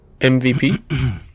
MVP